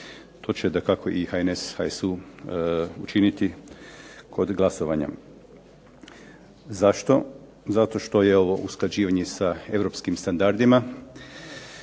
To će dakako i HNS-HSU učiniti kod glasovanja. Zašto? Zato što je ovo usklađivanje sa europskim standardima